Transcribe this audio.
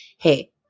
hey